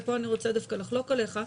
ופה אני רוצה דווקא לחלוק עליך.